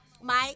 Mike